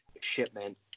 Shipment